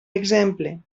exemple